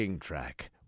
track